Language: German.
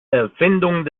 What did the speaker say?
erfindung